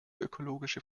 ökologische